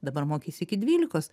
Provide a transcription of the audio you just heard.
dabar mokeisi iki dvylikos